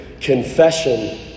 confession